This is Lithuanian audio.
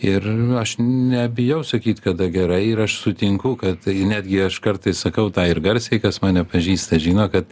ir aš nebijau sakyt kada gerai ir aš sutinku kad tai netgi aš kartais sakau tą ir garsiai kas mane pažįsta žino kad